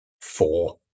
Four